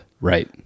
Right